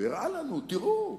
והראה לנו, תראו.